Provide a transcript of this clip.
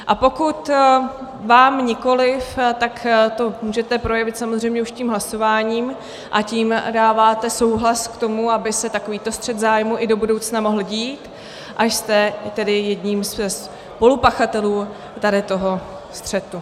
A pokud vám nikoliv, tak to můžete projevit samozřejmě už tím hlasováním, a tím dáváte souhlas k tomu, aby se takovýto střet zájmů i do budoucna mohl dít, a jste tedy jedním ze spolupachatelů tady toho střetu.